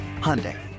Hyundai